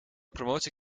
promotie